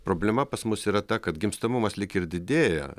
problema pas mus yra ta kad gimstamumas lyg ir didėja